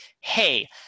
Hey